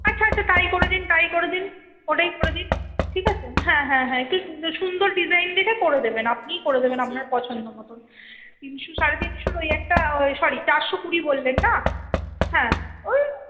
আচ্ছা আচ্ছা তাই করে দিন তাই করে দিন ওটাই করে দিন ঠিক আছে হ্যাঁ হ্যাঁ হ্যাঁ একটু সুন্দর সুন্দর ডিজাইন দেখে করে দেবেন আপনিই করে দেবেন আপনার পছন্দ মতোন তিনশো সাড়ে তিনশোর ওই একটা সরি চারশো কুড়ি বললেন না হ্যাঁ ওই